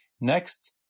Next